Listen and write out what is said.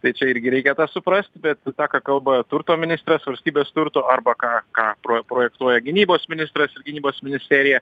tai čia irgi reikia suprast bet tą ką kalba turto ministras valstybės turto arba ką ką projektuoja gynybos ministras ir gynybos ministerija